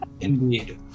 Indeed